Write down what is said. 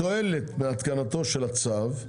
התועלת מהתקנתו של הצו,